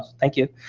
thank you.